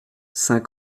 saint